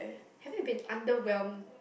have you been underwhelmed